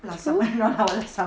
true